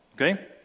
Okay